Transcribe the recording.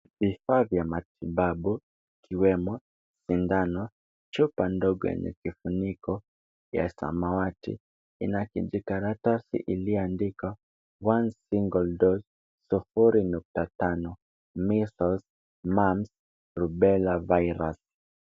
Vifaa vya matibabu , ikiwemo sindano chupa ndogo yenye kifuniko ya samawati. Ina kijikaratasi iliyoandikwa One single dose sufuri nukta tano. measles, mumps ,Rubella virus .